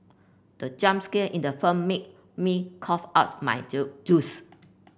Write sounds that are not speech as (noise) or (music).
the jump scare in the firm made me cough out my (unintelligible) juice